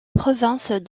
province